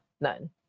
none